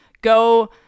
Go